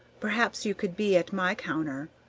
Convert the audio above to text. perhaps you could be at my counter.